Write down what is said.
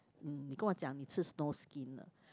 mm 你跟我讲你吃 snowskin